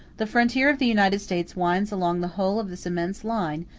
the frontier of the united states winds along the whole of this immense line,